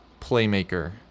playmaker